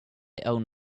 own